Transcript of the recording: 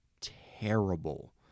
terrible